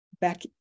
back